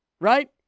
right